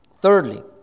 Thirdly